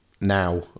now